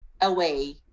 away